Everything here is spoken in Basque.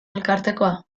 elkartekoa